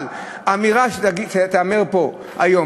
אבל האמירה שתיאמר פה היום,